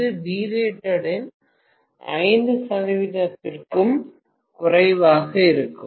இது Vrated இன் 5 சதவீதத்திற்கும் குறைவாக இருக்கும்